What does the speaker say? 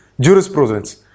jurisprudence